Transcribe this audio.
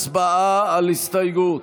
הצבעה על הסתייגות.